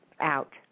out